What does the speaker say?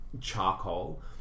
charcoal